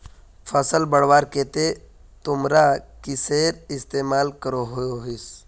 फसल बढ़वार केते तुमरा किसेर इस्तेमाल करोहिस?